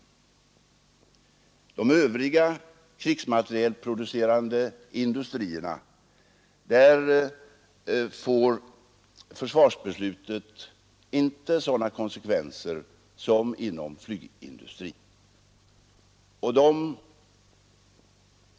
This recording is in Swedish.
För de övriga krigsmaterielproducerande industrierna får försvarsbeslutet inte sådana konsekvenser som inom flygindustrin.